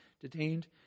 detained